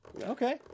Okay